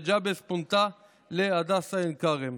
וג'עבס פונתה להדסה עין כרם.